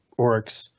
orcs